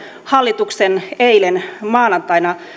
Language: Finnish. hallituksen eilen maanantaina